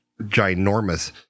ginormous